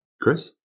Chris